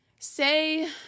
Say